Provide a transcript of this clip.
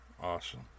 Awesome